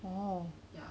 oh